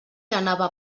anava